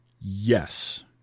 Yes